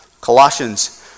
Colossians